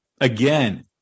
again